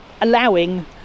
Allowing